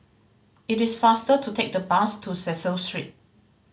it is faster to take the bus to Cecil Street